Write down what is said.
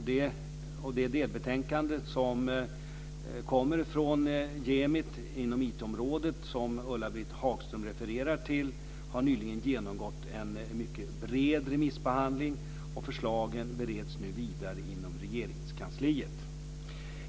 Det delbetänkande från Jämit om IT-området som Ulla-Britt Hagström refererar till har nyligen genomgått en mycket bred remissbehandling, och förslagen bereds nu vidare inom Regeringskansliet.